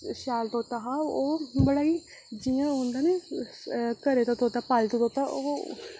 शैल तोता हा ओह् बड़ा ई जियां ओह् होंदा नी घरै दा तोता पालतू तोता ओह् इंया